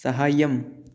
सहाय्यम्